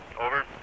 Over